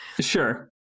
Sure